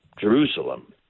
Jerusalem